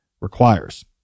requires